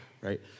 right